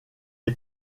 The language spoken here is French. est